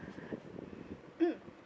mm